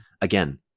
again